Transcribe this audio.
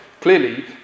Clearly